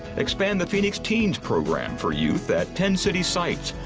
expand the phoenix teens program for youth at ten city sites,